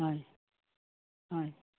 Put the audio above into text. হয় হয়